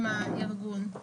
עם הארגון,